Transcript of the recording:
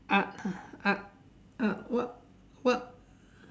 up up up what what